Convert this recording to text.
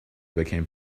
became